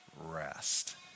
rest